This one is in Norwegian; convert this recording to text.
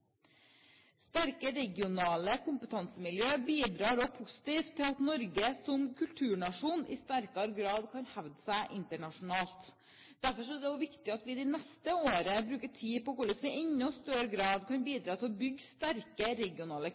Sterke regionale kompetansemiljøer bidrar også positivt til at Norge som kulturnasjon i sterkere grad kan hevde seg internasjonalt. Derfor er det viktig at vi også i det neste året bruker tid på hvordan vi i enda større grad kan bidra til å bygge sterke regionale